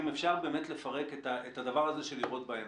אם אפשר באמת לפרק את הדבר הזה של לראות בעיניים.